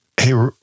Hey